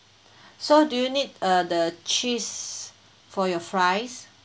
so do you need uh the cheese for your fries